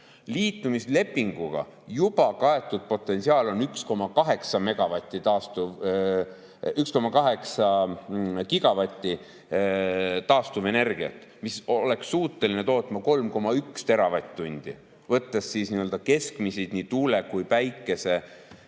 Liitumislepinguga juba kaetud potentsiaal on 1,8 gigavatti taastuvenergiat, mis võimaldaks toota 3,1 teravatt-tundi, võttes [arvesse] nii tuule kui päikese